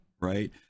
right